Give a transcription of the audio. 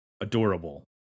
adorable